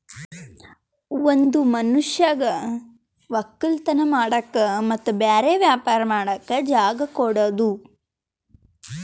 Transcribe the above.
ಒಂದ್ ಮನಷ್ಯಗ್ ವಕ್ಕಲತನ್ ಮಾಡಕ್ ಮತ್ತ್ ಬ್ಯಾರೆ ವ್ಯಾಪಾರ ಮಾಡಕ್ ಜಾಗ ಕೊಡದು